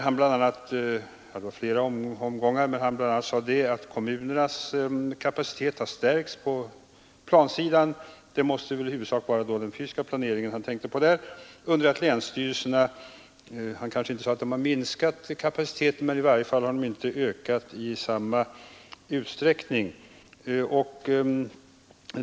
Han sade bl.a. att kommunernas kapacitet har stärkts på plansidan — han måste då i huvudsak ha tänkt på den fysiska planeringen — under det att länsstyrelsernas kapacitet, även om den inte minskat, inte ökat i samma utsträckning.